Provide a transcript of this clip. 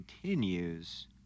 continues